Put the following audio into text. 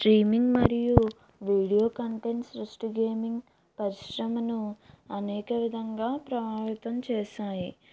streaming మరియు video content సృష్టి gaming పరిశ్రమను అనేక విధంగా ప్రభావితం చేశాయి